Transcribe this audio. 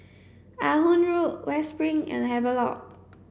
Ah Hood Road West Spring and Havelock